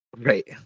Right